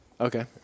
Okay